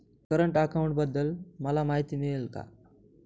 Current अकाउंटबद्दल मला माहिती मिळेल का?